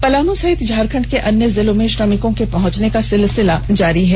पलामू सहित झारखंड के अन्य जिलों में श्रमिकों के पहंचने का सिलसिला जारी है